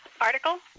Article